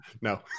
No